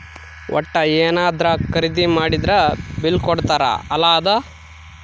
ವಟ್ಟ ಯೆನದ್ರ ಖರೀದಿ ಮಾಡಿದ್ರ ಬಿಲ್ ಕೋಡ್ತಾರ ಅಲ ಅದ